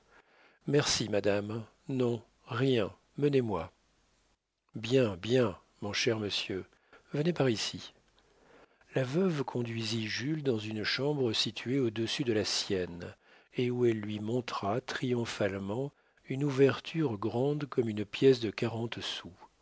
merci madame non rien menez-moi bien bien mon cher monsieur venez par ici la veuve conduisit jules dans une chambre située au-dessus de la sienne et où elle lui montra triomphalement une ouverture grande comme une pièce de quarante sous